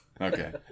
Okay